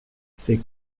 ses